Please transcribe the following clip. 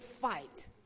fight